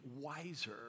wiser